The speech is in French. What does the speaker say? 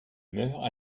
meurt